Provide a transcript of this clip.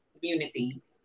communities